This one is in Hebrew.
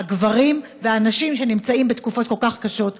הגברים והנשים שנמצאים בתקופות כל כך קשות בחייהם.